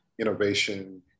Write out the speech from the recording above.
innovation